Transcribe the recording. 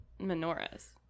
menorahs